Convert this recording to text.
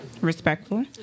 Respectful